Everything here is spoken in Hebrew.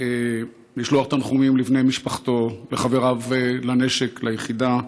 לשלוח תנחומים לבני משפחתו, לחבריו לנשק, ליחידה,